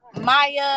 Maya